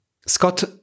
Scott